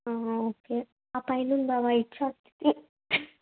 okay పైనుంన్నవా ఇచ్చా ఇ